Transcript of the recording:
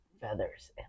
feathers